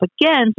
again